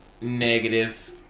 Negative